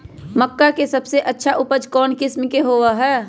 मक्का के सबसे अच्छा उपज कौन किस्म के होअ ह?